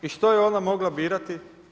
I što je ona mogla birati?